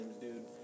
dude